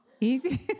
Easy